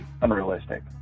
unrealistic